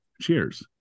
Cheers